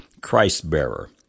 Christ-bearer